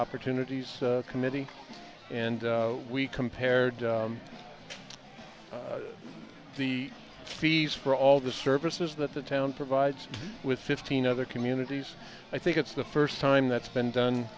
opportunities committee and we compared the fees for all the services that the town provides with fifteen other communities i think it's the first time that's been done